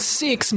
six